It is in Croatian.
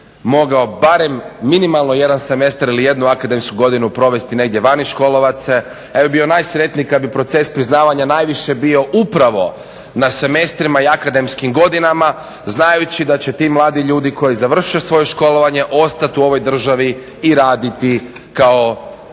mogao barem minimalno jedan semestra ili jednu akademsku godinu provesti njegdje vani i školovati se, ja bih bio najsretniji kada bi proces priznavanja najviše bio upravo na semestrima i akademskim godinama znajući da će ti mladi ljudi koji završe svoje školovanje ostati u ovoj državi i raditi kao dobri